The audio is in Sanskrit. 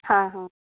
हा हा